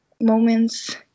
moments